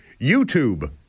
YouTube